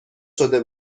شده